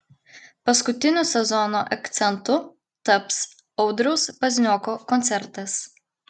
paskutiniu sezono akcentu taps audriaus paznioko koncertas